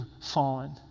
fallen